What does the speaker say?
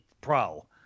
Pro